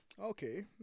Okay